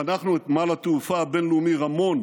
חנכנו את נמל התעופה הבין-לאומי רמון